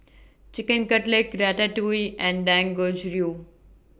Chicken Cutlet Ratatouille and Dangojiru